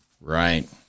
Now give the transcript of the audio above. Right